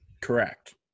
Correct